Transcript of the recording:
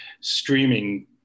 streaming